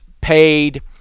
paid